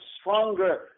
stronger